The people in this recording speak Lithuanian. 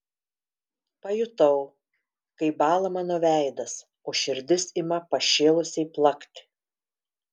pajutau kaip bąla mano veidas o širdis ima pašėlusiai plakti